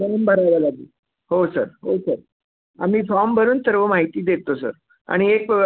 form भरावं लागेल हो सर हो सर आम्ही फॉर्म भरून सर्व माहिती देतो सर आणि एक